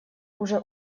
уже